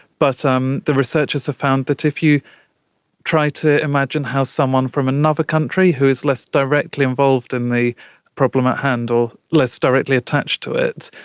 but um the researchers have found that if you try to imagine how someone from another country who is less directly involved in the problem at hand or less directly attached to it,